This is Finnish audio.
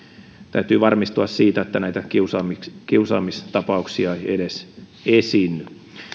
täytyy varmistua siitä että näitä kiusaamistapauksia ei edes esiinny